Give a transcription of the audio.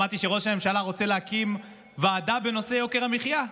שמעתי שראש הממשלה רוצה להקים ועדה בנושא יוקר המחיה.